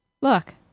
Look